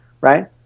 right